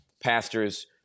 pastors